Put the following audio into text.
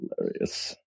hilarious